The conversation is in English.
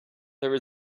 there